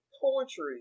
poetry